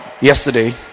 yesterday